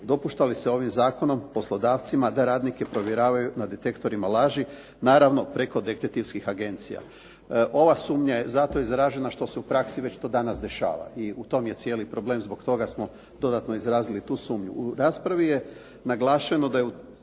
dopušta li se ovim zakonom poslodavcima da radnike provjeravaju na detektorima laži naravno preko detektivskih agencija. Ova sumnja je zato izražena zato jer se u praksi već to danas dešava i u tome je cijeli problem, zbog toga smo dodatno izrazili tu sumnju. U raspravi je naglašeno da je